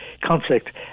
conflict